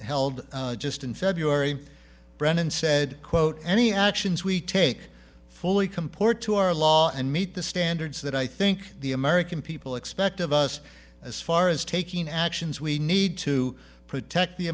held just in february brennan said quote any actions we take fully comport to our law and meet the standards that i think the american people expect of us as far as taking actions we need to protect the